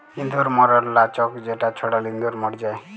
ইঁদুর ম্যরর লাচ্ক যেটা ছড়ালে ইঁদুর ম্যর যায়